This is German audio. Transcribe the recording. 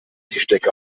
tischdecke